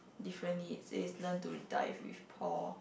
differently it says learn to dive with Paul